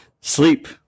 sleep